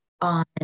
on